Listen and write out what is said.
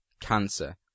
cancer